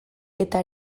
eta